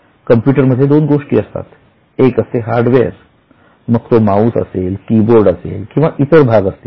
computer मध्ये दोन गोष्टी असतात एक असते हार्डवेअर मग तो माऊस असेलकीबोर्ड असेल किंवा इतर भाग असतील